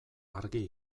argi